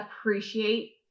appreciate